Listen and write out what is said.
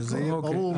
שזה יהיה ברור.